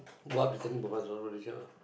what we send him because